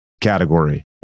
category